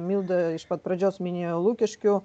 milda iš pat pradžios minėjo lukiškių